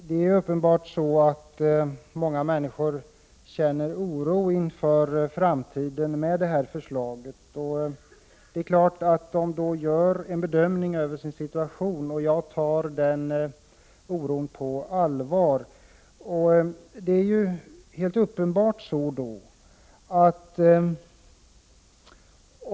Herr talman! Många människor känner uppenbarligen oro inför framtiden med anledning av detta förslag, och det är klart att de gör en bedömning av sin situation. Jag tar deras oro på allvar.